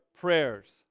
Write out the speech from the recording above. prayers